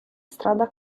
strada